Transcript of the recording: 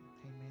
Amen